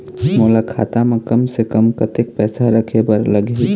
मोला खाता म कम से कम कतेक पैसा रखे बर लगही?